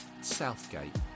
Southgate